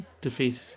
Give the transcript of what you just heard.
defeat